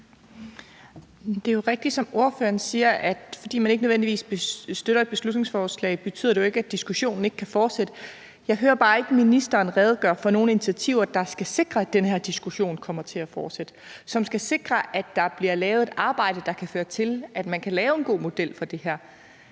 Det er jo rigtigt, som ordføreren siger, at fordi man ikke nødvendigvis støtter et beslutningsforslag, betyder det ikke, at diskussionen ikke kan fortsætte. Jeg hører bare ikke ministeren redegøre for nogen initiativer, der skal sikre, at den her diskussion kommer til at fortsætte, og som skal sikre, at der bliver lavet et arbejde, der kan føre til, at man kan lave en god model for det her.